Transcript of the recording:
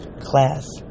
class